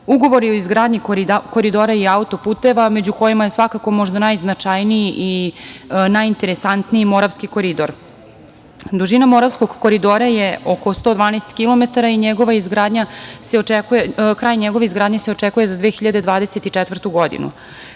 ugovori o izgradnji koridora i autoputeva, među kojima je svakako možda najznačajniji i najinteresantniji Moravski koridor. Dužina Moravskog koridora je oko 112 kilometara i kraj njegove izgradnje se očekuje za 2024. godinu. Kada